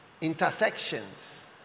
intersections